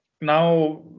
Now